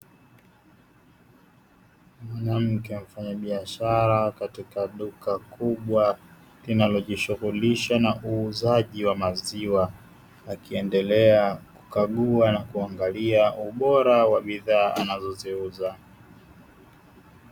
Mwanamke mfanyabiashara katika duka kubwa linalojishughulisha na uuzaji wa maziwa akiendelea kukagua na kuangalia ubora wa bidhaa anazoziuza.